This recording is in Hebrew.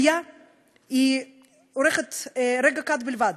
עלייה אורכת רגע קט בלבד.